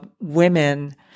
women